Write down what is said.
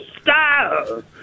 style